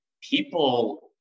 people